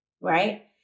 Right